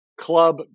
club